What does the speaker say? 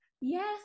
Yes